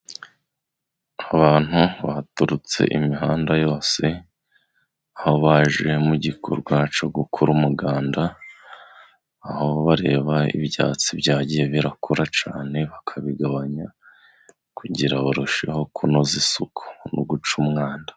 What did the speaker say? Abantu baturutse imihanda yose, aho baje mu gikorwa cyo gukora umuganda, aho bareba ibyatsi byagiye bikura cyane bakabigabanya kugira barusheho kunoza isuku no guca umwanda.